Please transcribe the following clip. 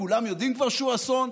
כולם יודעים כבר שהוא אסון,